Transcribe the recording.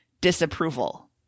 disapproval